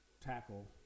tackle